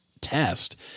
test